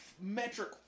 metric